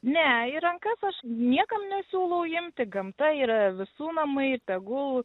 ne į rankas aš niekam nesiūlau imti gamta yra visų namai tegul